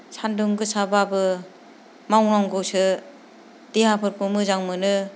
सानदुं गोसाब्लाबो मावनांगौसो देहाफोरखौ मोजां मोनो